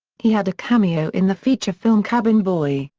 he had a cameo in the feature film cabin boy,